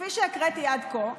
כפי שהקראתי עד כה,